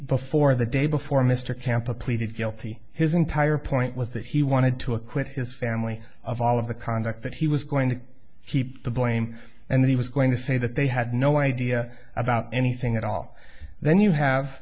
before the day before mr camp a pleaded guilty his entire point was that he wanted to acquit his family of all of the conduct that he was going to keep the blame and he was going to say that they had no idea about anything at all then you have